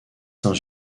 saint